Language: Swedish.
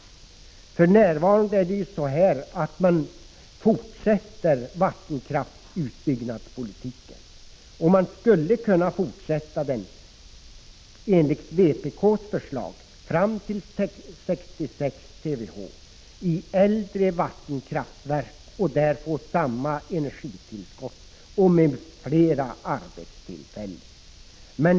För närvarande fortsätter vattenkraftsutbyggnadspolitiken. Man skulle kunna fortsätta den enligt vpk:s förslag fram till 66 TWh i äldre vattenkraftverk och där få samma energitillskott med fler arbetstillfällen.